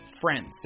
friends